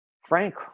Frank